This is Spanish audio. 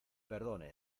perdone